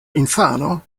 infano